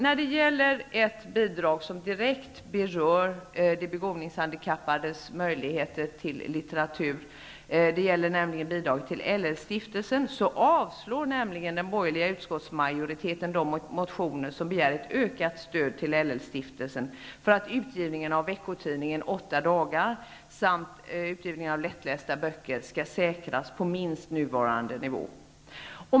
När det gäller ett bidrag som direkt berör de begåvningshandikappades möjligheter till litteratur, dvs. bidraget till LL-stiftelsen, avstyrker den borgerliga utskottsmajoriteten de motioner där ett ökat stöd begärs för att utgivningen av veckotidningen 8 dagar samt av lättlästa böcker skall säkras på minst nuvarande nivå.